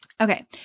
Okay